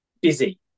busy